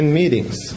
meetings